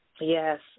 Yes